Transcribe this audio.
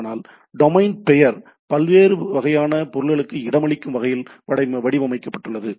ஆனால் டொமைன் பெயர் பல்வேறு வகையான பொருள்களுக்கு இடமளிக்கும் வகையில் வடிவமைக்கப்பட்டுள்ளது